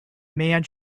man